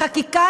בחקיקה,